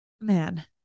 man